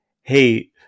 hey